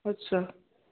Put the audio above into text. अछा